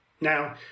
Now